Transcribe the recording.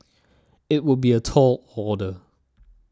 it would be a tall order